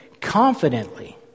confidently